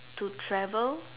to travel